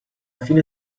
fine